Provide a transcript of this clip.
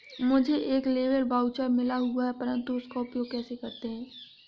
मुझे एक labour voucher मिला हुआ है परंतु उसका उपयोग कैसे करते हैं?